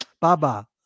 Baba